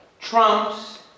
trumps